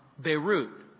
Beirut